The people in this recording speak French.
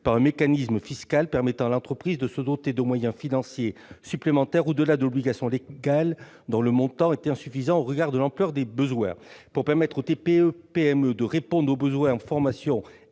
par un mécanisme fiscal permettant à l'entreprise de se doter de moyens financiers supplémentaires au-delà de l'obligation légale, dont le montant est insuffisant au regard de l'ampleur des besoins. Pour permettre aux TPE et PME de répondre aux besoins en formation